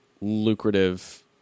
lucrative